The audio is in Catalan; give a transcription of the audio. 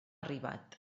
arribat